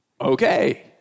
Okay